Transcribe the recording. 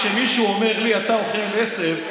כשמישהו אומר לי: אתה אוכל עשב,